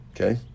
Okay